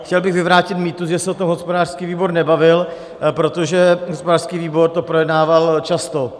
Chtěl bych vyvrátit mýtus, že se o tom hospodářský výbor nebavil, protože hospodářský výbor to projednával často.